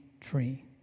tree